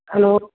hello